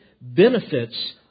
benefits